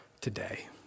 today